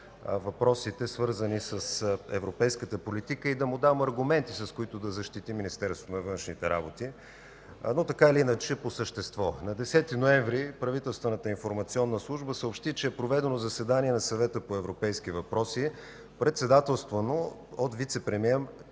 въпросите, свързани с европейската политика, и да му дам аргументи, с които да защити Министерството на външните работи. Но така или иначе – по същество. На 10 ноември правителствената информационна служба съобщи, че е проведено заседание на Съвета по европейски въпроси, председателствано от вицепремиера